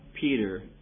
Peter